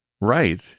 Right